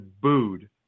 booed